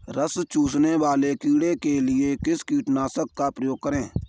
रस चूसने वाले कीड़े के लिए किस कीटनाशक का प्रयोग करें?